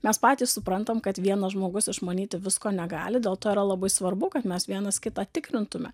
mes patys suprantam kad vienas žmogus išmanyti visko negali dėl to yra labai svarbu kad mes vienas kitą tikrintume